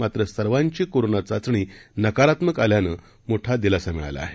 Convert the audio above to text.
मात्रसर्वांचीकोरोनाचाचणीनकारात्मकआल्यानंमोठादिलासामिळालाआहे